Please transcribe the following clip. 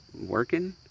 working